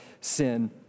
sin